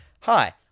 Hi